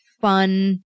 fun